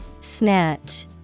Snatch